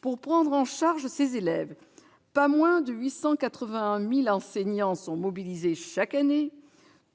Pour prendre en charge ces élèves, pas moins de 881 000 enseignants sont mobilisés chaque année,